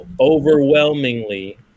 overwhelmingly